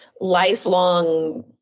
lifelong